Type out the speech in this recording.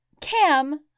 Cam